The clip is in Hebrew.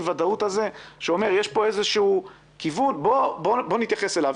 הוודאות הזה שאומר שיש כיוון ונתייחס אליו.